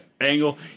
Angle